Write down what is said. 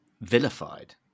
Vilified